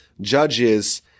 judges